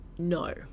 No